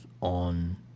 on